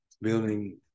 building